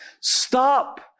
stop